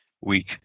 week